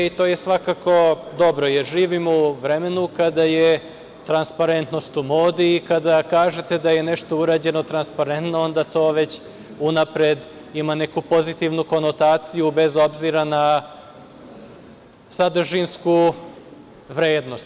To je svakako dobro, jer živimo u vremenu kada je transparent u modi i kada kažete da je nešto urađeno transparentno onda to već unapred ima neku pozitivnu konotaciju bez obzira na sadržinsku vrednost.